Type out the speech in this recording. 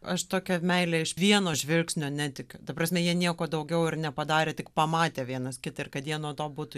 aš tokia meile iš vieno žvilgsnio netikiu ta prasme jie nieko daugiau ir nepadarė tik pamatė vienas kitą ir kad jie nuo to būtų